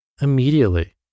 immediately